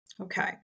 Okay